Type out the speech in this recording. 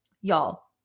Y'all